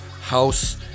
House